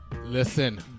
Listen